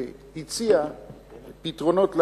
והציע פתרונות לבעיה.